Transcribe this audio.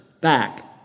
back